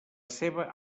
ceba